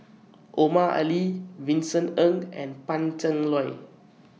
Omar Ali Vincent Ng and Pan Cheng Lui